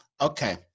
Okay